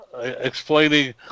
explaining